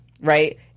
right